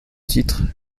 titre